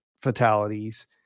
fatalities